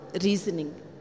reasoning